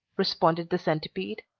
responded the centipede.